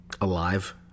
alive